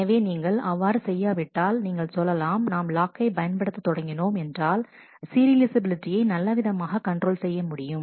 எனவே நீங்கள் அவ்வாறு செய்யாவிட்டால் நீங்கள் சொல்லலாம் நாம் லாக்கை பயன்படுத்த தொடங்கினோம் என்றால் சீரியலைஃசபிலிட்டியை நல்ல விதமாக கண்ட்ரோல் செய்ய முடியும்